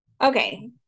okay